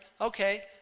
Okay